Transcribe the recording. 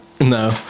No